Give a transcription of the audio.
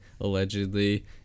allegedly